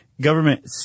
government